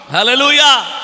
Hallelujah